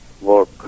work